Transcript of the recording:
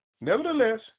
Nevertheless